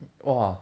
!wah!